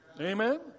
Amen